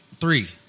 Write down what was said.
Three